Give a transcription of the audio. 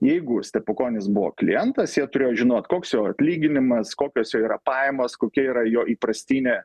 jeigu stepukonis buvo klientas jie turėjo žinot koks jo atlyginimas kokios jo yra pajamos kokia yra jo įprastinė